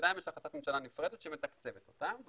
שלהם יש החלטת ממשלה נפרדת שמתקצבת אותם,